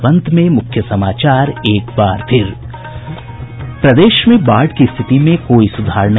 और अब अंत में मुख्य समाचार प्रदेश में बाढ़ की रिथति में कोई सुधार नहीं